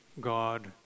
God